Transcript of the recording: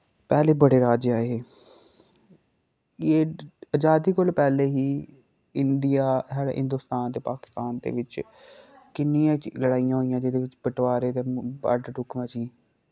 पैह्लें बड़े राजे आए हे एह् अजादी कोला पैह्ले ही इंडिया साढ़े हिंदोस्तान ते पाकिस्तान दे बिच किन्नियां लड़ाइयां होइयां जेह्दे बिच बटवारे ते बड्ड टुक्क मची